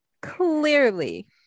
clearly